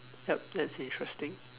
yup that's interesting